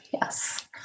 Yes